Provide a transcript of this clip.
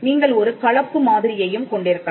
நீங்கள் ஒரு கலப்பு மாதிரியையும் கொண்டிருக்கலாம்